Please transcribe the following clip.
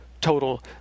total